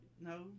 no